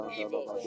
evil